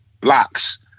blocks